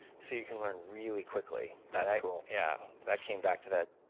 so you can learn really quickly. that's cool. yeah. that came back to that.